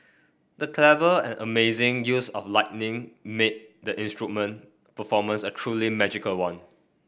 the clever and amazing use of lightning made the instrument performance a truly magical one